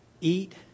eat